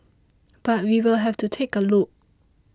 but we'll have to take a look